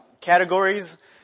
categories